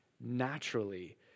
naturally